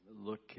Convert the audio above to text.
look